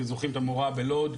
אתם זוכרים את המורה בלוד,